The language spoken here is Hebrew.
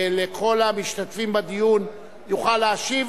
לכל המשתתפים בדיון יוכל להשיב,